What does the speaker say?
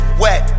wet